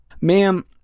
Ma'am